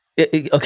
Okay